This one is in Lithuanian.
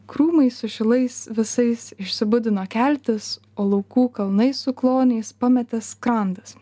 krūmai su šilais visais išsibudino keltis o laukų kalnai su kloniais pametė skrandas